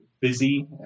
busy